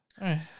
right